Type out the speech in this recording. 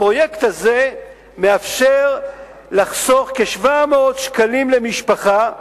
הפרויקט הזה מאפשר לחסוך כ-700 שקלים למשפחה,